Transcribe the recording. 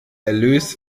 erlös